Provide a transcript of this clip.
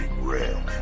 Rail